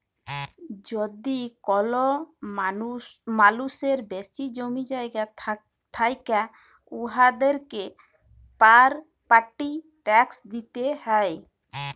যদি কল মালুসের বেশি জমি জায়গা থ্যাকে উয়াদেরকে পরপার্টি ট্যাকস দিতে হ্যয়